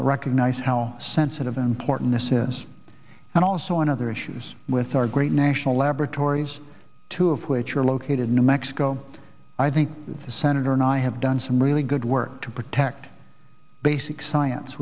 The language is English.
recognize how sensitive important this is and also on other issues with our great national laboratories two of which are located new mexico i think the senator and i have done some really good work to protect basic science